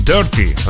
Dirty